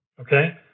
okay